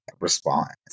response